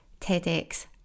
TEDx